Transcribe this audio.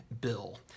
bill